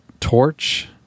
torch